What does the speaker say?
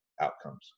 outcomes